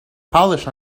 polish